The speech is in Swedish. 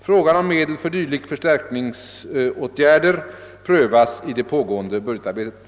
Frågan om medel för dylika förstärkningsåtgärder prövas i det pågående budgetarbetet.